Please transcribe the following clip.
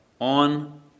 on